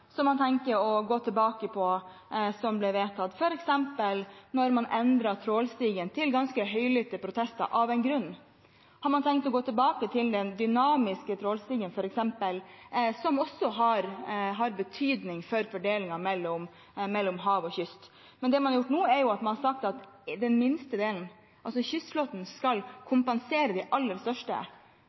man tenker å gå tilbake på, f.eks. da man endret trålstigen, til ganske høylytte protester – av en grunn. Har man tenkt å gå tilbake til den dynamiske trålstigen, f.eks., som også har betydning for fordelingen mellom hav og kyst? Det man har gjort nå, er jo at man har sagt at den minste delen, altså kystflåten, skal kompensere de aller største